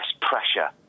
pressure